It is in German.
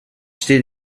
steht